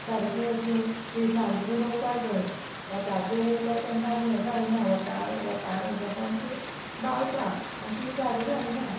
सारके अशें तिळसांचें बी रोंवपा जाय वताचेर वयल्या तांकां आनी हें जायना वता वता हें जाता आनी ती बावता आनी ती झाडां जायना